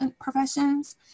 professions